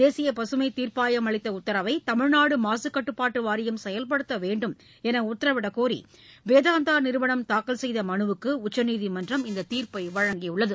தேசிய பசுமை தீர்ப்பாயம் அளித்த உத்தரவை தமிழ்நாடு மாசு கட்டப்பாட்டு வாரியம் செயல்படுத்த வேண்டும் என்று உத்தரவிடக்கோரி வேதாந்தா நிறுவளம் தாக்கல் செய்த மனுவுக்கு உச்சநீதிமன்றம் இந்த தீர்ப்பை வழங்கியுள்ளது